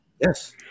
Yes